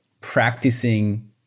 practicing